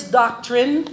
doctrine